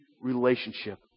relationship